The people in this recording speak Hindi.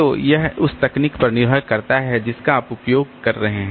तो यह उस तकनीक पर निर्भर करता है जिसका आप उपयोग कर रहे हैं